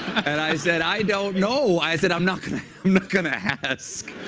and i said, i don't know. i said, i'm not going to going to ask.